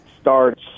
starts